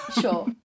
Sure